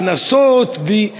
קנסות.